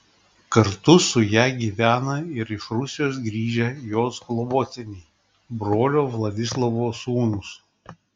kartu su ja gyvena ir iš rusijos grįžę jos globotiniai brolio vladislovo sūnūs